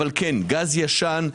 אבל גז ישן,